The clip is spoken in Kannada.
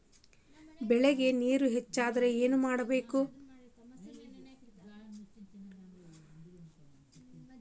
ಬೆಳೇಗ್ ನೇರ ಹೆಚ್ಚಾಯ್ತು ಅಂದ್ರೆ ಏನು ಮಾಡಬೇಕು?